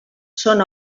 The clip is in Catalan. són